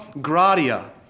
gratia